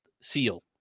Seal